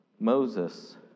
Moses